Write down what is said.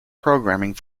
programming